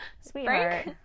sweetheart